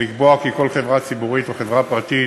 ולקבוע כי כל חברה ציבורית או חברה פרטית